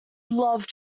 love